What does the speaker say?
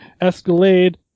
Escalade